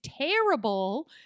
terrible